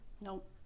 Nope